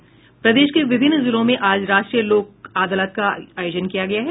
प्रदेश के विभिन्न जिलों में आज राष्ट्रीय लोक अदालत का आयोजन किया गया है